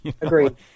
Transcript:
Agreed